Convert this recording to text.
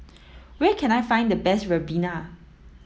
Where can I find the best ribena